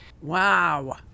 Wow